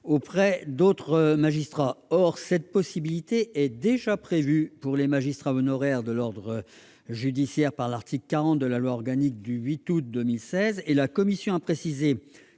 auprès d'autres magistrats. Or cette possibilité est déjà prévue pour les magistrats honoraires de l'ordre judiciaire à l'article 40 de la loi organique du 8 août 2016. Par ailleurs, la commission a précisé,